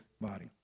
body